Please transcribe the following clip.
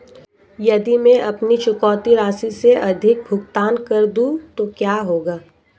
यदि मैं अपनी चुकौती राशि से अधिक भुगतान कर दूं तो क्या होगा?